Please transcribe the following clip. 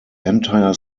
entire